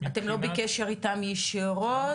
אתם לא בקשר איתם ישירות,